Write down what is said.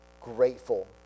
grateful